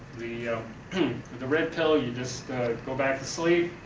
you know the red pill you just go back to sleep,